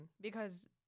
because-